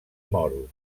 moros